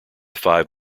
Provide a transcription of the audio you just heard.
five